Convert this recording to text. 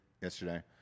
yesterday